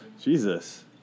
Jesus